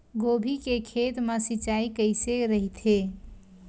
गोभी के खेत मा सिंचाई कइसे रहिथे?